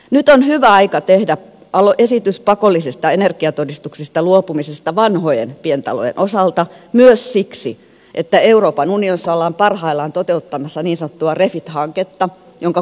nyt on hyvä aika tehdä esitys pakollisista energiatodistuksista luopumisesta vanhojen pientalojen osalta myös siksi että euroopan unionissa ollaan parhaillaan toteuttamassa niin sanottua refit hanketta jonka komissio on käynnistänyt